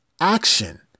action